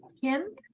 Kim